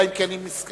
אלא אם כן היא מסכימה.